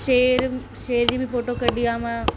शेर शेर जी बि फ़ोटो कढी आहे मां